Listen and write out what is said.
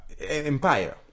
empire